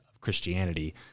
Christianity